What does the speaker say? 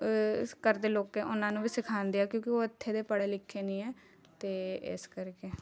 ਇਸ ਘਰ ਦੇ ਲੋਕ ਹੈ ਉਹਨਾਂ ਨੂੰ ਵੀ ਸਿਖਾਉਂਦੀ ਹਾਂ ਕਿਉਂਕਿ ਉਹ ਇੱਥੇ ਦੇ ਪੜ੍ਹੇ ਲਿਖੇ ਨਹੀਂ ਹੈ ਅਤੇ ਇਸ ਕਰਕੇ